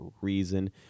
reason